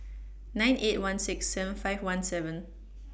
nine eight one six seven five one seven